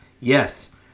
yes